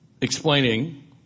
explaining